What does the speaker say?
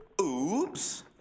Oops